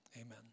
Amen